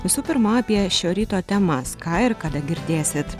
visų pirma apie šio ryto temas ką ir kada girdėsit